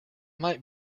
might